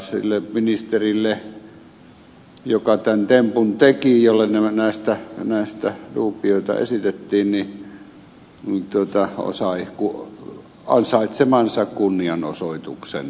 se ministeri joka tämän tempun teki jolle näistä dubioita esitettiin sai ansaitsemansa lainausmerkeissä kunnianosoituksen